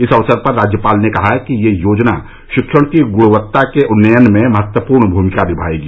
इस अवसर पर राज्यपाल ने कहा कि यह योजना शिक्षण की गुणवत्ता के उन्नयन में महत्वपूर्ण भूमिका निभायेगी